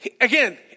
Again